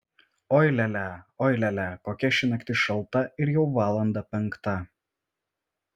oi lia lia oi lia lia kokia ši naktis šalta ir jau valanda penkta